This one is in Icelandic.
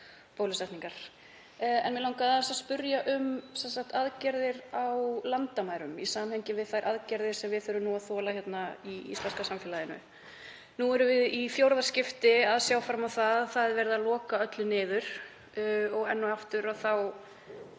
bólusetningar. En mig langaði aðeins að spyrja um aðgerðir á landamærum í samhengi við þær aðgerðir sem við þurfum nú að þola í íslenska samfélaginu. Nú erum við í fjórða skipti að sjá að verið er að loka öllu enn og aftur og